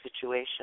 situation